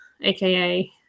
aka